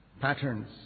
patterns